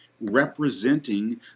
representing